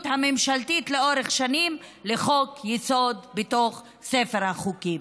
הממשלתית לאורך שנים לחוק-יסוד בתוך ספר החוקים.